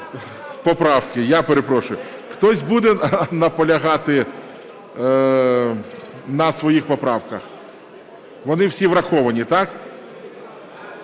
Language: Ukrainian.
Поправки, я перепрошую. Хтось буде наполягати на своїх поправках? Вони всі враховані, так?